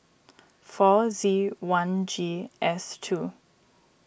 four Z one G S two